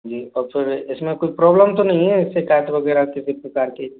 जी और फिर इस में कोई प्रॉब्लम तो नहीं है शिकायत वग़ैरा किसी प्रकार की